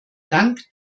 dank